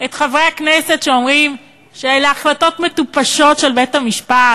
את חברי הכנסת שאומרים שאלה החלטות מטופשות של בית-המשפט,